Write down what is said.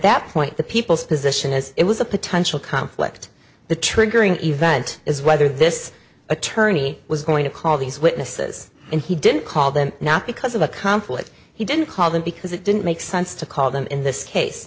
that point the people position as it was a potential conflict the triggering event is whether this attorney was going to call these witnesses and he didn't call them not because of a conflict he didn't call them because it didn't make sense to call them in this case